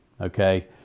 okay